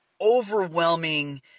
overwhelming